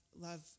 love